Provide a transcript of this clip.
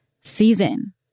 season